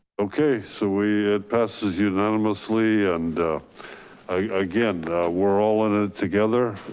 okay. so we had pass as unanimously and again we're all in it together.